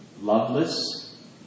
loveless